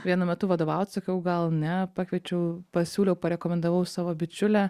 vienu metu vadovaut sakiau gal ne pakviečiau pasiūliau parekomendavau savo bičiulę